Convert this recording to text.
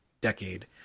decade